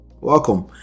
Welcome